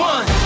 One